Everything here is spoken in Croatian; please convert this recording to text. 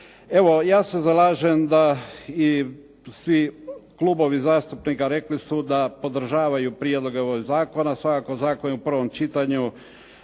Evo, ja se zalažem da i svi klubovi zastupnika rekli su da podržavaju prijedloge ovih zakona. Svakako zakon je u prvom čitanju,